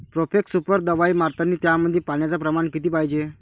Profex super दवाई मारतानी त्यामंदी पान्याचं प्रमाण किती पायजे?